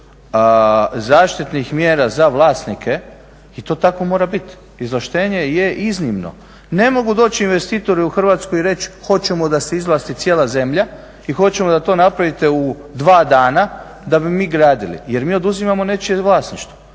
zaštitnih mjera za vlasnike i to tako mora biti, izvlaštenje je iznimno. Ne mogu doći investitori u Hrvatsku i reći hoćemo da se izvlasti cijela zemlja i hoćemo da to napravite u dva dana da bi mi gradili jer mi oduzimamo nečije vlasništvo